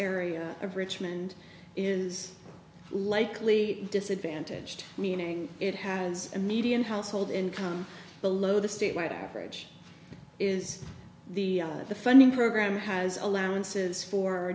area of richmond is likely disadvantaged meaning it has a median household income below the statewide average is the funding program has allowances for